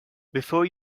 before